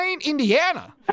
Indiana